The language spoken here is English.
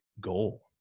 goal